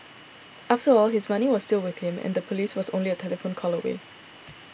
after all his money was still with him and the police was only a telephone call away